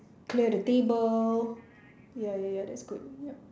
clear the table ya ya ya that's good